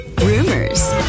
Rumors